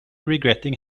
regretting